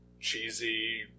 cheesy